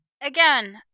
again